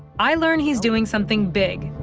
i learn he's doing something big,